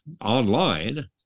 online